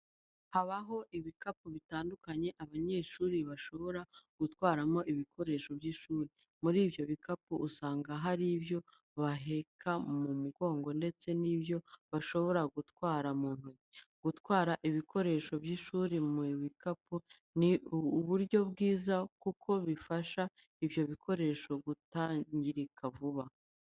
Habaho ibikapu bitandukanye abanyeshuri bashobora gutwaramo ibikoresho by'ishuri, muri ibyo bikapu usanga hari ibyo baheka mu mugongo ndetse n'ibyo bashobora gutwara mu ntoki. Gutwara ibikoresho by'ishuri mu bikapu ni uburyo bwiza kuko bifasha ibyo bikoresho kutangirika vuba.